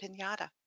pinata